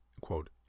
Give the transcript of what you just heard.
quote